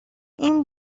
این